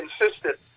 insisted